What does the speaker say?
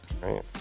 right